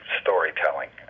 storytelling